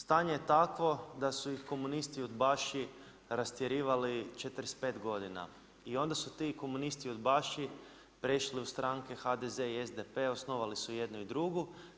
Stanje je takvo, da su ih komunisti, udbaši, rastjerivali 45 g. I onda su ti komunisti, udbaši, prešli u stranke HDZ, SDP, osnovali su jednu i drugu.